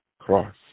cross